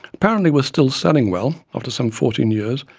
apparently was still selling well after some fourteen years,